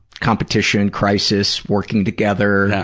competition, crisis, working together,